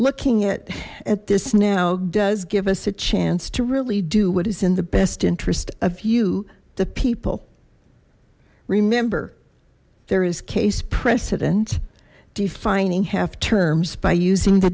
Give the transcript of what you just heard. looking at at this now does give us a chance to really do what is in the best interest of you the people remember there is case precedent defining half terms by using the